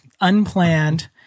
unplanned